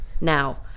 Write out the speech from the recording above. now